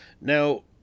Now